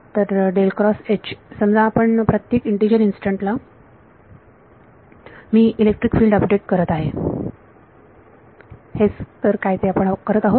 तर समजा आपण प्रत्येक इंटिजर इन्स्टंट ला मी इलेक्ट्रिक फील्ड अपडेट करत आहे हेच तर काय ते आपण करत आहोत